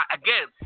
again